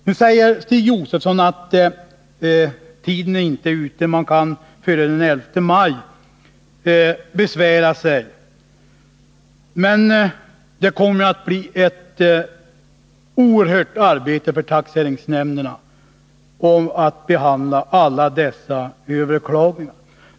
Nu säger Stig Josefson att tiden inte är ute, att man kan besvära sig före den 11 maj. Men det kommer att bli ett oerhört arbete för taxeringsnämnderna att behandla alla dessa överklaganden.